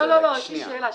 יש לי שאלה.